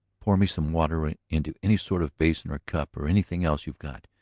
pour me some water into any sort of basin or cup or anything else you've got